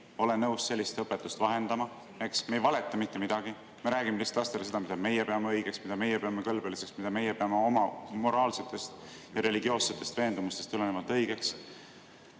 ole nõus sellist õpetust vahendama. Me ei valeta mitte midagi. Me räägime lihtsalt lastele seda, mida meie peame õigeks, mida meie peame kõlbeliseks, mida meie peame oma moraalsetest ja religioossetest veendumustest tulenevalt õigeks.